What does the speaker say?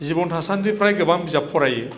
जिबन थासान्दि फ्राय गोबां बिजाब फरायो